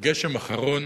הגשם האחרון